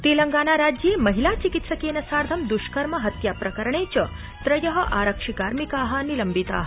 तेलंगानाराज्ये महिला चिकित्सकेन सार्धं दृष्कर्म हत्याप्रकरणे त्रय आरक्षिकार्मिका निलम्बिता